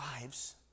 lives